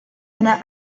una